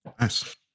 nice